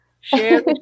Share